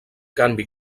canvi